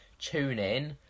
TuneIn